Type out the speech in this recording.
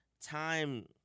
time